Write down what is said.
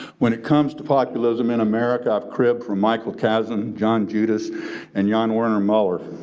when it comes to populism in america, i've crept from michael kazin, john judis and jan-werner muller.